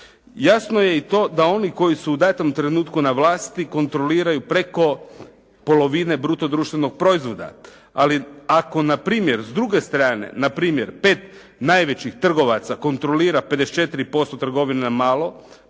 Jasno je i to da oni koji su u datom trenutku na vlasti kontroliraju preko polovine bruto društvenog proizvoda. Ali ako na primjer s druge strane, na primjer pet najvećih trgovaca kontrolira 54% trgovina na malo,